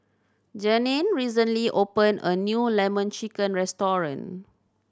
Janeen recently opened a new Lemon Chicken restaurant